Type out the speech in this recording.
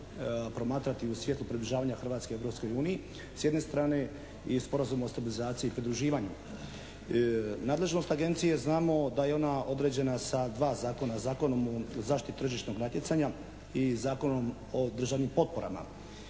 promatrati u svijetlu približavanja Hrvatske Europskoj uniji, s jedne strane i Sporazuma o stabilizaciji i pridruživanju. Nadležnost agencije znamo da je ona određena sa dva zakona, Zakonom o zaštiti tržišnog natjecanja i Zakonom o državnim potporama.